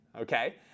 okay